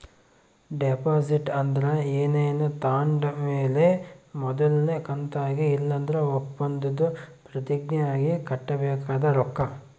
deposit ಅಂದ್ರ ಏನಾನ ತಾಂಡ್ ಮೇಲೆ ಮೊದಲ್ನೇ ಕಂತಾಗಿ ಇಲ್ಲಂದ್ರ ಒಪ್ಪಂದುದ್ ಪ್ರತಿಜ್ಞೆ ಆಗಿ ಕಟ್ಟಬೇಕಾದ ರೊಕ್ಕ